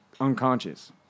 unconscious